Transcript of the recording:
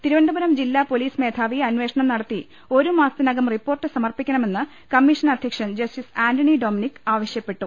തിരുവനന്തപൂരം ജില്ലാപൊലീസ് മേധാവി അന്വേഷണം നടത്തി ഒരു മാസത്തിനകം റിപ്പോർട്ട് സമർപ്പിക്ക ണമെന്ന് കമ്മീഷൻ അധ്യക്ഷൻ ജസ്റ്റിസ് ആന്റണി ഡൊമനിക് ആവശ്യപ്പെട്ടു